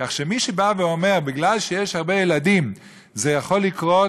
כך שמי שבא ואומר שבגלל שיש הרבה ילדים זה יכול לקרות,